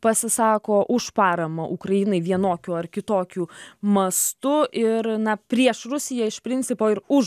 pasisako už paramą ukrainai vienokiu ar kitokiu mastu ir na prieš rusiją iš principo ir už